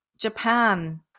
Japan